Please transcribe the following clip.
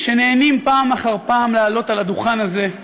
שנהנים פעם אחר פעם לעלות על הדוכן הזה,